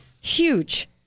Huge